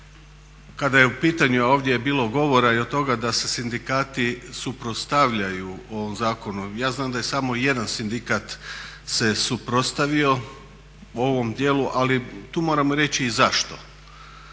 kada je u pitanju, a ovdje bilo govora i o tome da se sindikati suprotstavljaju ovom zakonu, ja znam da je samo jedan sindikat se suprotstavio u ovom dijelu ali tu moram reći i zašto.